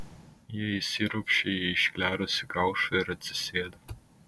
jie įsiropščia į išklerusį kaušą ir atsisėda